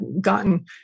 gotten